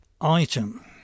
Item